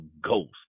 ghost